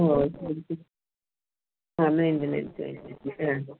ഓ ശരി ശരി അന്നേ എപ്പഴാന്തൊ